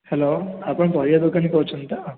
hello ଆପଣ ପରିବା ଦୋକାନୀ କହୁଛନ୍ତି ତ